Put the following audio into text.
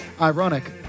Ironic